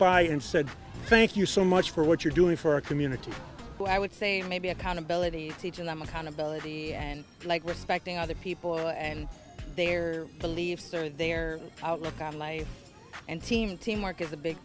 by and said thank you so much for what you're doing for our community but i would say maybe accountability teaching them accountability and like respecting other people and their beliefs or their outlook on life and team teamwork is a big